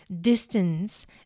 distance